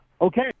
Okay